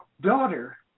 daughter